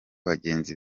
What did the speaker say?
bagenzi